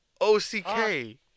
O-C-K